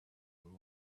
will